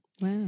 Wow